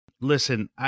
listen